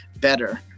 better